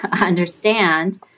understand